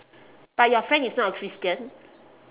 but your friend is not a christian